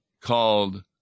called